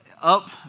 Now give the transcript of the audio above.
up